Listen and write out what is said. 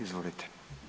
Izvolite.